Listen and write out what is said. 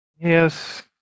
Yes